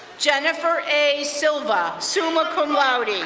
jennifer a. silva, summa cum laude,